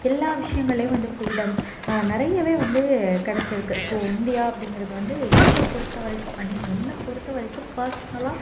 எல்லா விஷயங்கள்லையும் வந்து ஃப்ரீடம் நிறயவே வந்து கிடச்சிருக்கு ஸோ இந்தியா அப்படிங்கிறது வந்து எங்களை பொறுத்தவரைக்கும் ஐ மீன் என்ன பொறுத்தவரைக்கும் பர்சனலாக